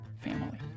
family